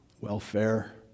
welfare